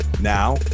now